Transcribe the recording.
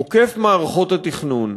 עוקף מערכות התכנון,